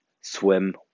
swim